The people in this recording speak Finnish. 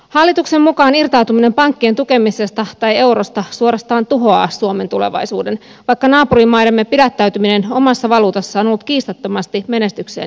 hallituksen mukaan irtautuminen pankkien tukemisesta tai eurosta suorastaan tuhoaa suomen tulevaisuuden vaikka naapurimaidemme pitäytyminen omassa valuutassaan on ollut kiistattomasti menestykseen johtava valinta